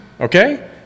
Okay